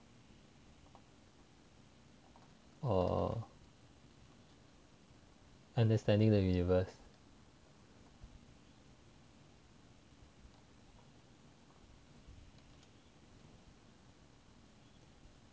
orh understanding the universe